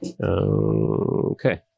Okay